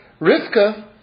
Rivka